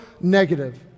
negative